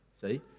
See